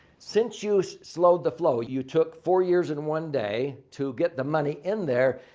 since you so slowed the flow, you took four years in one day to get the money in there,